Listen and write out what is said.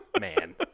man